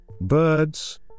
Birds